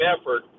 effort